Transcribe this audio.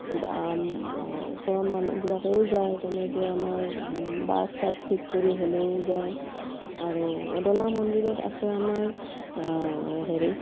ওচৰৰ মানুহবিলাকেও যায় তেনেকৈ আমাৰ বাছ চাচ ঠিক কৰি হ'লেও যায় আৰু অদলা মন্দিৰত আছে আমাৰ হেৰি